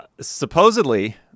supposedly